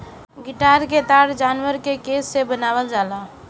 guitar क तार जानवर के केस से बनावल जाला